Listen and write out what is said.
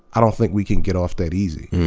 i don't think we can get off that easy.